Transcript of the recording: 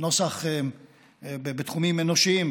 בתחומים אנושיים,